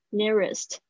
nearest